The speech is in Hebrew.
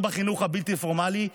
יותר בחינוך הבלתי-פורמלי,